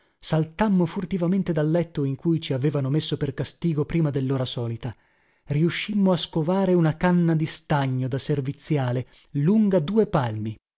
saltammo furtivamente dal letto in cui ci avevano messo per castigo prima dellora solita riuscimmo a scovare una canna di stagno da serviziale lunga due palmi